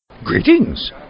Greetings